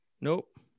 nope